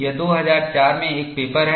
यह 2004 में एक पेपर है